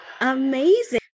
Amazing